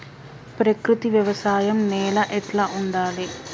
ప్రకృతి వ్యవసాయం నేల ఎట్లా ఉండాలి?